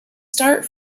start